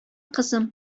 кызым